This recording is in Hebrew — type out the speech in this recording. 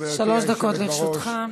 שלוש דקות לרשותך.